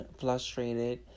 frustrated